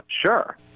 sure